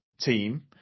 team